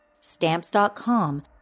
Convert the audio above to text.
stamps.com